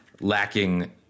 lacking